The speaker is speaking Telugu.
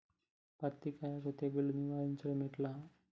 పత్తి కాయకు తెగుళ్లను నివారించడం ఎట్లా?